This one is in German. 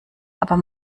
aber